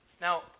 Now